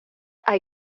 hay